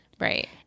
Right